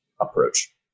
approach